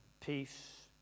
peace